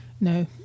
No